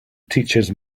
teaches